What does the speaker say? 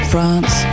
France